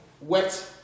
wet